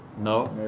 no